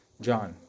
John